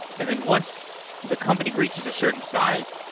and then once the company reaches a certain size,